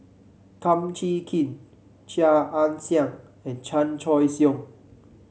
Kum Chee Kin Chia Ann Siang and Chan Choy Siong